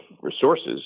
resources